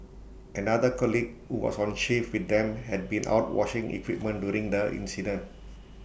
another colleague who was on shift with them had been out washing equipment during the incident